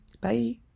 bye